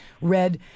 red